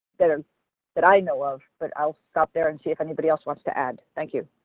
that and that i know of, but i'll stop there and see if anybody else wants to add. thank you.